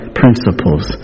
principles